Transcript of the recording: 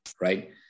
right